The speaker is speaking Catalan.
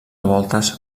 revoltes